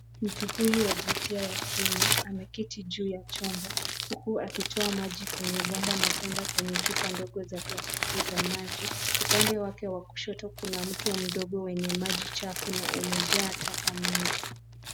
Mtu huyu wa jinsia ya kiume ameketi juu ya chombo huku akitoa maji kwenye bomba na kuenda kwenye chupa ndogo za plastiki za maji. Upande wake wa kushoto kuna mto mdogo wenye maji chafu na umejaa taka mingi.